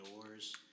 doors